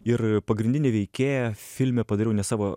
ir pagrindinę veikėją filme padariau ne savo